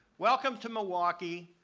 welcome to milwaukee,